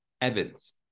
Evans